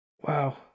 Wow